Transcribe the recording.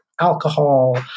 alcohol